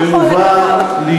בכל הכבוד.